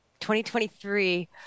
2023